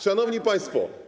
Szanowni Państwo!